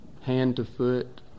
hand-to-foot